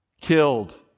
killed